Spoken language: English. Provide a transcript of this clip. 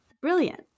brilliant